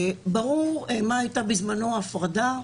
ברור מה היתה בזמנו ההפרדה.